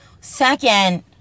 Second